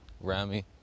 Rami